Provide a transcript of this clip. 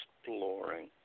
exploring